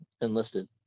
enlisted